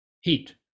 heat